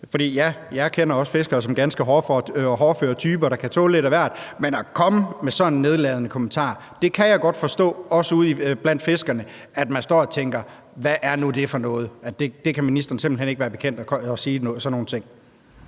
jeg kender også fiskere som ganske hårdføre typer, der kan tåle lidt af hvert. Men at komme med sådan en nedladende kommentar kan jeg godt forstå, at man ude blandt fiskerne står og tænker om: Hvad er nu det for noget? Sådan nogle ting kan ministeren simpelt hen ikke være bekendt at sige. Kl.